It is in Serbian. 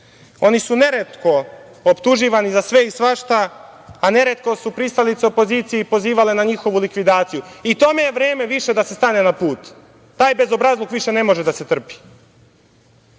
Oni su neretko optuživani za sve i svašta, a neretko su pristalice opozicije pozivale na njihovu likvidaciju i tome je vreme više da se stane na put. Taj bezobrazluk više ne može da se